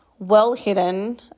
well-hidden